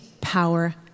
power